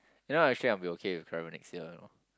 you know actually I'll be okay with travel next year you know